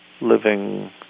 living